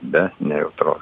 be nejautro